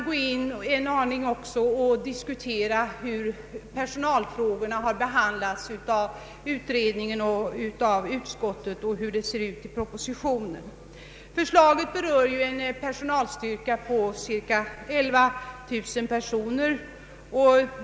Låt mig sedan något gå in på hur personalfrågorna behandlats av utredningen och nu av utskottet och hur det ser ut i propositionen. Förslaget berör en personalstyrka på cirka 11 000 personer.